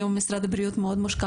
היום משרד הבריאות מאוד מושקע,